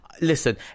listen